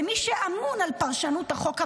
למי שאמון על פרשנות החוק המחייבת,